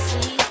See